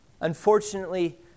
Unfortunately